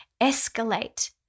escalate